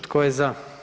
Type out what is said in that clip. Tko je za?